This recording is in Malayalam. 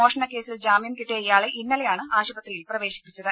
മോഷണ കേസിൽ ജാമ്യം കിട്ടിയ ഇയാളെ ഇന്നലെയാണ് ആശുപത്രിയിൽ പ്രവേശിപ്പിച്ചത്